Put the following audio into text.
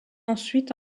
ensuite